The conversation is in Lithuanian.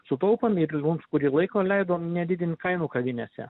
sutaupom ir mums kurį laiką leido nedidint kainų kavinėse